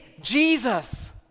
Jesus